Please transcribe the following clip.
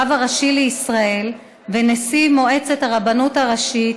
הרב הראשי לישראל ונשיא מועצת הרבנות הראשית,